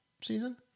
season